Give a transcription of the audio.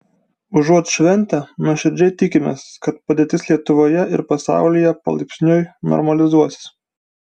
užuot šventę nuoširdžiai tikimės kad padėtis lietuvoje ir pasaulyje palaipsniui normalizuosis